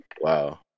wow